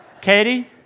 Katie